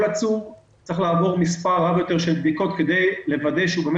כל עצור צריך לעבור מספר רב יותר של בדיקות כדי לוודא שהוא גם